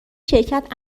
شرکت